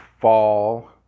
fall